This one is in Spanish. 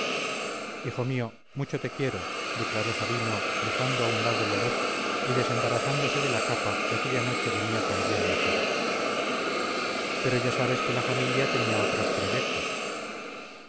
hijo mío mucho te quiero declaró sabino dejando a un lado la luz y desembarazándose de la capa que aquella noche venía también mojada pero ya sabes que la familia tenía otros proyectos